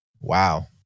Wow